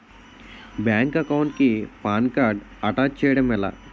Bank account కి PAN card attach చేయడం ఎలా?